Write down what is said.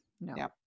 No